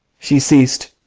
she ceas'd,